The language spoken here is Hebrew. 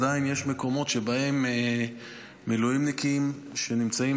עדיין יש מקומות שבהם מילואימניקים נמצאים